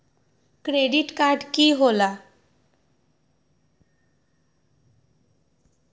Credit card की होला?